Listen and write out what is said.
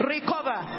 Recover